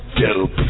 dope